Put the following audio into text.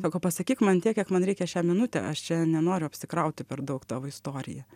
ako pasakyk man tiek kiek man reikia šią minutę aš čia nenoriu apsikrauti per daug tavo istorija